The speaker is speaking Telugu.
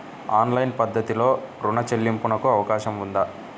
ఆన్లైన్ పద్ధతిలో రుణ చెల్లింపునకు అవకాశం ఉందా?